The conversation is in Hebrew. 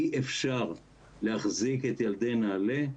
אי אפשר להחזיק את ילדי נעל"ה